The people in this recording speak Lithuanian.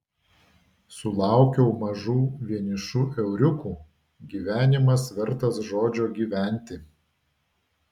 sulaukiau mažų vienišų euriukų gyvenimas vertas žodžio gyventi